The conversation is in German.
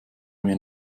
mir